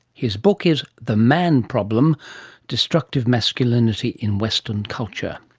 his book is the man problem destructive masculinity in western culture.